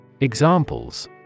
Examples